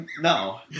No